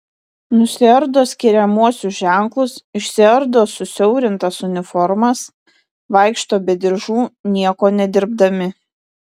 nusiardo skiriamuosius ženklus išsiardo susiaurintas uniformas vaikšto be diržų nieko nedirbdami